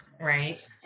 Right